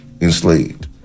enslaved